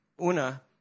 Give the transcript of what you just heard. una